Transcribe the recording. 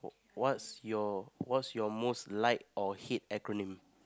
what's your what's your most like or hit acronym